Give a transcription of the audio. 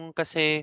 kasi